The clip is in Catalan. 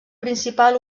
principal